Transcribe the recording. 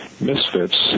misfits